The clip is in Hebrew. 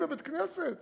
נמצאים בבית-כנסת